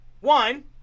One